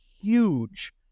huge